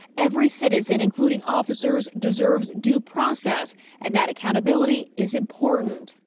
every citizen, including officers, deserves due process and that accountability is important.